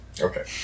Okay